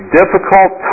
difficult